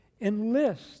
enlist